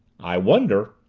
i wonder!